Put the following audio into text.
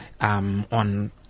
on